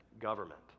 government